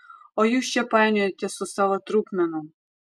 o jūs čia painiojatės su savo trupmenom